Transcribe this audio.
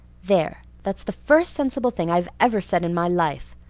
there, that's the first sensible thing i've ever said in my life.